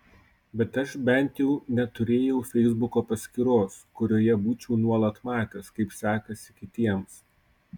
bet aš bent jau neturėjau feisbuko paskyros kurioje būčiau nuolat matęs kaip sekasi kitiems